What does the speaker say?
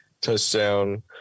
touchdown